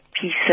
pieces